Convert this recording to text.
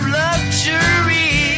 luxury